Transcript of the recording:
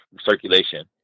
circulation